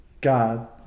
God